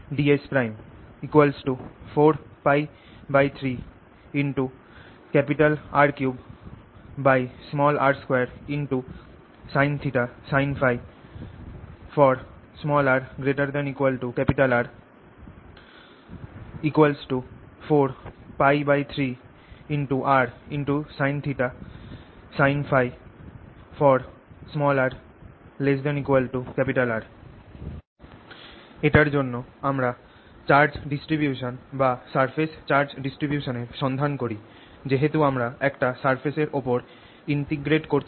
θՓds 4π3R3r2 sin sin Փ r ≥ R 4π3rsin sin Փ r ≤ R এটার জন্য আমরা charge distribution বা সারফেস চার্জ ডিস্ট্রিবিউশন এর সন্ধান করি যেহেতু আমরা একটা সারফেস এর উপর ইন্টিগ্রেট করছি